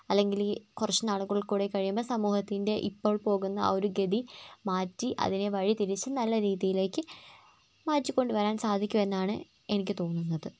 അല്ലെങ്കിലി കുറച്ച് നാളുകൾ കൂടിക്കഴിയുമ്പോൾ സമൂഹത്തിൻ്റെ ഇപ്പോൾ പോകുന്ന ആ ഒരു ഗതി മാറ്റി അതിനെ വഴിതിരിച്ച് നല്ല രീതിയിലേക്ക് മാറ്റി കൊണ്ട് വരാൻ സാധിക്കുമെന്നാണ് എനിക്ക് തോന്നുന്നത്